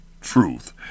truth